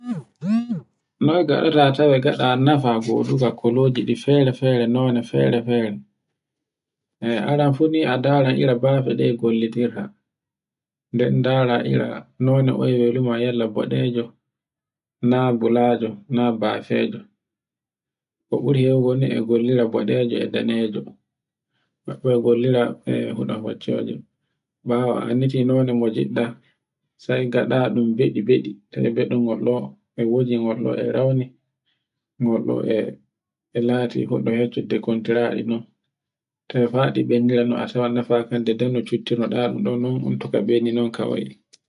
Noye gaɗata tawe gaɗa nafa goduga koloji ɗi fere-fere now ne fere-fere. E ara fu ni a dara ira bafe ɗe gollitirta, nden dara ira non o we weluma yalla boɗejo, na bulajo na bafejo. Ko ɓuri hewugo ni e gollira boɗejo e danejo, goɗɗo e gollira e huɗa ɓoccedo. ɓawo a anditi non ne mo giɗɗa sai ngaɗaɗun beɗiɗi tawe baɗun wallo e wujan wullo e rauni ngol ɗo e lati fuɗo heccode kontiraɗe non toye fa nde anndira non. a yawan noye fa nafakka nde dun no cottinoɗaɗum to kaɓɓendi non kawai